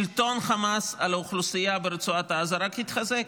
שלטון חמאס על האוכלוסייה ברצועת עזה רק התחזק.